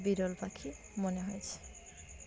বিরল পাখি মনে হয়েছে